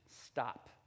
stop